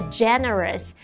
generous